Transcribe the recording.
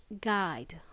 guide